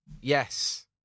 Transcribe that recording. Yes